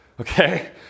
Okay